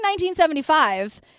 1975